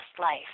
life